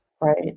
right